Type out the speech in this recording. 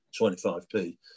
25p